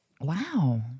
Wow